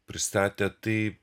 pristatę tai